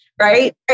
right